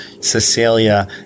Cecilia